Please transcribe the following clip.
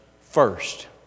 First